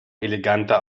eleganter